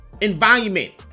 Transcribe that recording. Environment